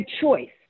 choice